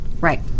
Right